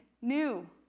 new